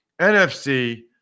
NFC